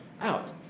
out